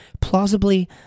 Plausibly